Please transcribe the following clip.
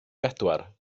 bedwar